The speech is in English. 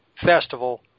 festival